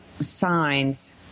signs